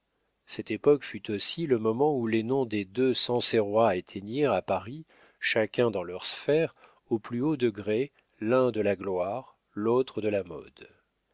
cette époque fut aussi le moment où les noms des deux sancerrois atteignirent à paris chacun dans leur sphère au plus haut degré l'un de la gloire l'autre de la mode